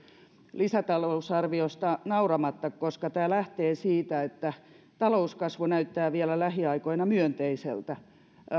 lisätalousarviosta nauramatta koska tämä lähtee siitä että talouskasvu näyttää vielä lähiaikoina myönteiseltä